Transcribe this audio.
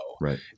Right